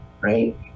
right